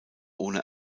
ohne